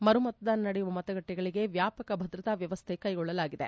ಮರುಮತದಾನ ನಡೆಯುವ ಮತಗಟ್ಟೆಗಳಿಗೆ ವ್ಯಾಪಕ ಭದ್ರತಾ ವ್ಯವಸ್ಠೆಯನ್ನು ಕೈಗೊಳ್ಳಲಾಗಿದೆ